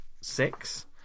six